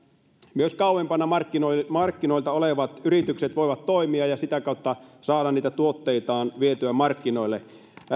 myös kauempana markkinoilta olevat yritykset voivat toimia ja sitä kautta ne voivat saada niitä tuotteitaan vietyä markkinoille